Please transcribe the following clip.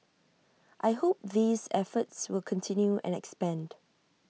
I hope these efforts will continue and expand